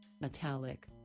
Metallic